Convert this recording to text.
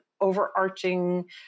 overarching